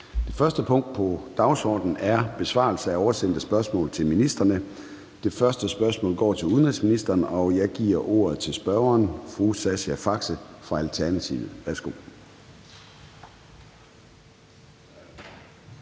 Det første punkt på dagsordenen er: 1) Besvarelse af oversendte spørgsmål til ministrene (spørgetid). Kl. 13:00 Formanden (Søren Gade): Det første spørgsmål går til udenrigsministeren, og jeg giver ordet til spørgeren, fru Sascha Faxe fra Alternativet.